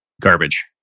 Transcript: Garbage